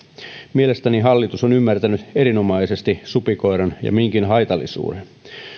mielestäni hallitus on ymmärtänyt erinomaisesti supikoiran ja minkin haitallisuuden